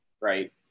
Right